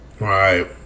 Right